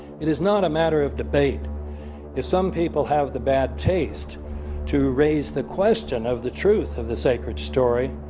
it is not a matter of debate if some people have the bad taste to raise the question of the truth of the sacred story.